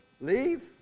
leave